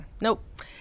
Nope